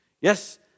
Yes